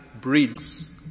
breeds